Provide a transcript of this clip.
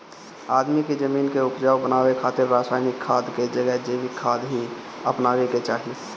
आदमी के जमीन के उपजाऊ बनावे खातिर रासायनिक खाद के जगह जैविक खाद ही अपनावे के चाही